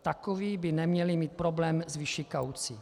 Takoví by neměli mít problém zvýšit kauci.